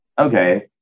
okay